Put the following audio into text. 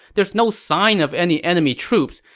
there's no sign of any enemy troops!